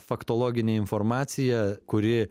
faktologinę informaciją kuri